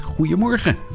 Goedemorgen